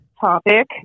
topic